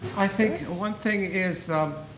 i think one thing is.